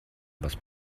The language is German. was